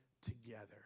together